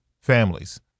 families